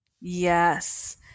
yes